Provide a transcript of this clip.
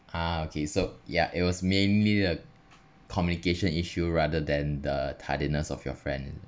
ah okay so ya it was mainly the communication issue rather than the tardiness of your friend